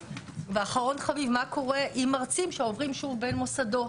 אחרון חביב מה קורה עם מרצים שעוברים בין מוסדות.